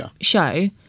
show